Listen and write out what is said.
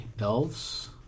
elves